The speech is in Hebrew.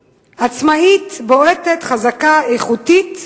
עצמאית, בועטת, חזקה, איכותית ומעניינת,